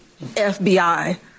FBI